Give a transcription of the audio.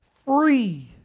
free